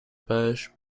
pêche